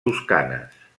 toscanes